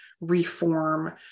reform